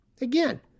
Again